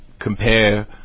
compare